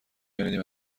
شنیدیم